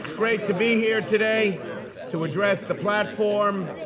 great to be here today to address the platform,